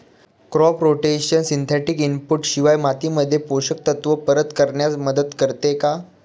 Crop rotation synthetic input शिवाय मातीमध्ये पोषक तत्त्व परत करण्यास मदत करते का?